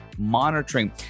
monitoring